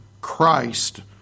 Christ